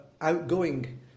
outgoing